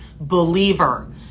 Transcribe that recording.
believer